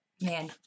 man